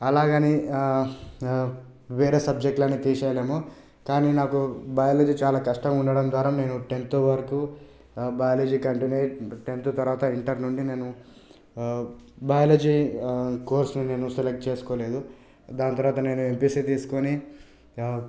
అలాగని వేరే సబ్జెక్టులను తీసేయలేము కానీ నాకు బయాలజీ చాలా కష్టంగా ఉండడం ద్వారా నేను టెన్త్ వరకు బయాలజీ కంటిన్యూ అయ్యి టెన్త్ తర్వాత ఇంటర్ నుండి నేను బయాలజీ కోర్స్ నేను సెలెక్ట్ చేసుకోలేదు దాని తర్వాత నేను ఎంపీసీ తీసుకొని